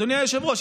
אדוני היושב-ראש,